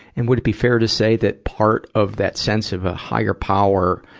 and would it be fair to say that part of that sense of a higher power,